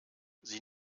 sie